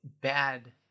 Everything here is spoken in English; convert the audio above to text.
bad